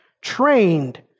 trained